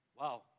Wow